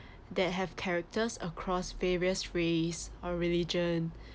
that have characters across various race or religion